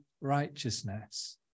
righteousness